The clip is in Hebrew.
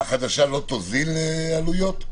החדשה, אם תהיה, לא תוזיל עלויות?